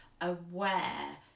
aware